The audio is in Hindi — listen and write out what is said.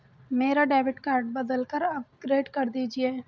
मेरा डेबिट कार्ड बदलकर अपग्रेड कर दीजिए